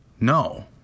No